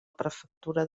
prefectura